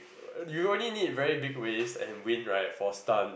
you only need very bug waves and wind right for stunts